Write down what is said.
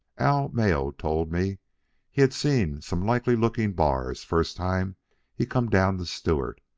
al mayo told me he seen some likely lookin' bars first time he come down the stewart,